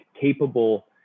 capable –